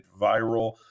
viral